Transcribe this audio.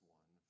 one